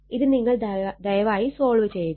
ഇത് നിങ്ങൾ ദയവായി സോൾവ് ചെയ്യുക